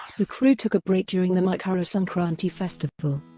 the crew took a break during the makara sankranti festival.